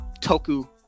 toku